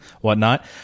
whatnot